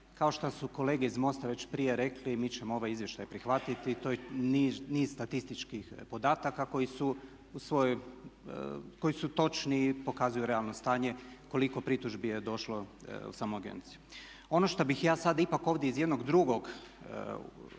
Kao što su kolege iz MOST-a već prije rekli mi ćemo ovaj izvještaj prihvatiti. To je niz statističkih podataka koji su točni i pokazuju realno stanje koliko pritužbi je došlo u samu agenciju. Ono što bih ja sad ipak ovdje iz jednog drugog